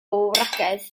wragedd